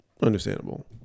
Understandable